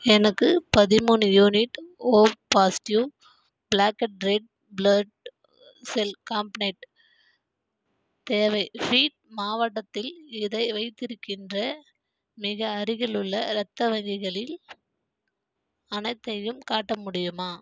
எனக்கு பதிமூணு unit O positive platelet red blood cell component தேவை ஃபீட் மாவட்டத்தில் இதை வைத்திருக்கின்ற மிக அருகிலுள்ள இரத்த வங்கிகளில் அனைத்தையும் காட்ட முடியுமா